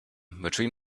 between